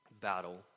battle